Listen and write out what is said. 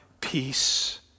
peace